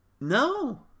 No